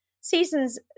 seasons